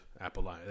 Apple